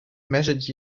measured